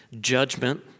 judgment